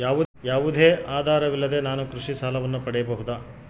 ಯಾವುದೇ ಆಧಾರವಿಲ್ಲದೆ ನಾನು ಕೃಷಿ ಸಾಲವನ್ನು ಪಡೆಯಬಹುದಾ?